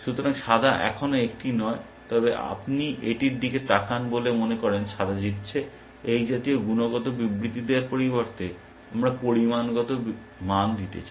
সুতরাং সাদা এখনও একটি নয় তবে আপনি এটির দিকে তাকান বলে মনে করেন সাদা জিতছে এই জাতীয় গুণগত বিবৃতি দেওয়ার পরিবর্তে আমরা পরিমাণগত মান দিতে চাই